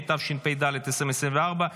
התשפ"ד 2024,